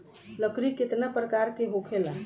लकड़ी केतना परकार के होखेला